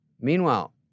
Meanwhile